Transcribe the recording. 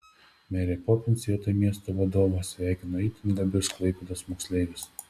merė popins vietoj miesto vadovo sveikino itin gabius klaipėdos moksleivius